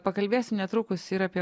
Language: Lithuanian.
pakalbėsim netrukus ir apie